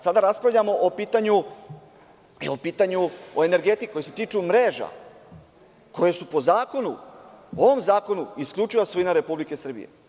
Sada raspravljamo i o pitanju energetike, koje se tiče mreža, koje su po ovom zakonu isključivo svojina Republike Srbije.